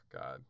God